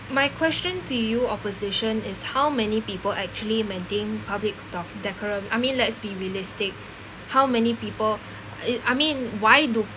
my question to you opposition is how many people actually maintain public dec~ decorum I mean let's be realistic how many people i~ I mean why do